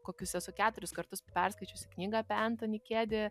kokius esu keturis kartus perskaičiusi knygą apie entonį kedį